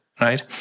right